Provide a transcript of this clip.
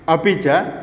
अपि च